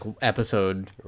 episode